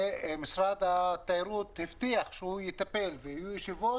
משרד התיירות הבטיח שהוא יטפל ויהיו ישיבות,